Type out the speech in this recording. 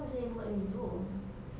siapa suruh dia buka pintu